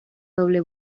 doble